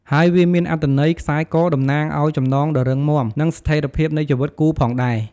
ហើយវាមានអត្ថន័យ ខ្សែកតំណាងឱ្យ ចំណងដ៏រឹងមាំ និងស្ថេរភាពនៃជីវិតគូផងដែរ។